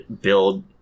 build